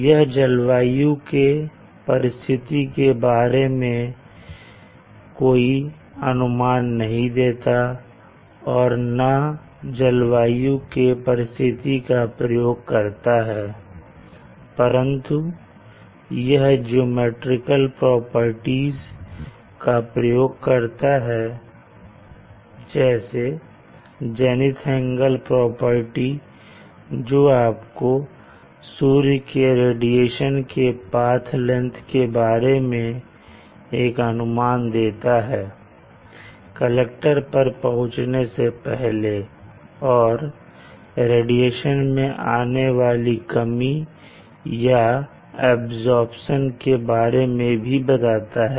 यह जलवायु के परिस्थिति के बारे में कोई अनुमान नहीं देता और ना जलवायु के परिस्थिति का प्रयोग करता है परंतु यह ज्योमैट्रिकल प्रॉपर्टीज का प्रयोग करता है जैसे जेनिथ एंगल प्रॉपर्टी जो आपको सूर्य के रेडिएशन के पाथ लेंगथ के बारे में एक अनुमान देता है कलेक्टर पर पहुंचने से पहले और रेडिएशन में आने वाली कमी या अब्सॉर्प्शन के बारे में भी बताता है